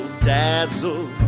dazzle